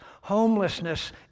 homelessness